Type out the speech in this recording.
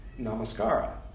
namaskara